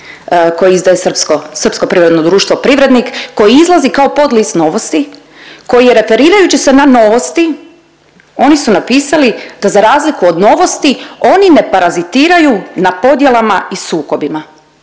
koji izdaje srpsko, srpsko privredno društvo Privrednik koji izlazi kao podlist Novosti, koji je referirajući se na Novosti oni su napisali da za razliku od Novosti oni ne parazitiraju na podjelama i sukobima.